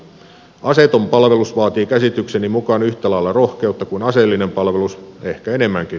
aseeton palvelus vaatii käsitykseni mukaan yhtä lailla rohkeutta kuin aseellinen palvelus ehkä enemmänkin